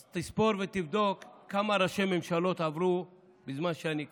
אז תספור ותבדוק כמה ראשי ממשלות עברו בזמן שאני כאן.